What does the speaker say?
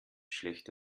schlecht